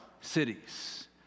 cities